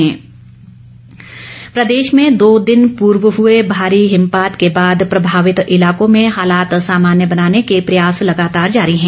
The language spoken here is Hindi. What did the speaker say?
मौसम प्रदे ा में दो दिन पूर्व हुए भारी हिमपात के बाद प्रभावित इलाकों में हालात सामान्य बनाने के प्रयास लगातार जारी हैं